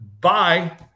bye